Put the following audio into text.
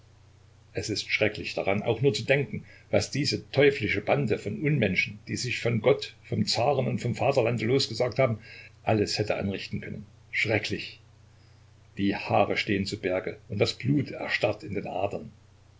es ist schrecklich daran auch nur zu denken was diese teuflische bande von unmenschen die sich von gott vom zaren und vom vaterlande losgesagt haben alles hätte anrichten können schrecklich die haare stehen zu berge und das blut erstarrt in den adern